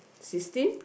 sixteen